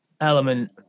element